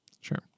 sure